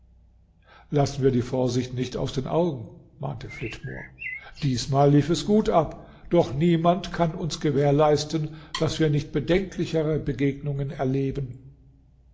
lassen wir die vorsicht nicht aus den augen mahnte flitmore diesmal lief es gut ab doch niemand kann uns gewährleisten daß wir nicht bedenklichere begegnungen erleben